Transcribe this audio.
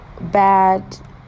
bad